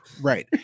right